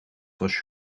was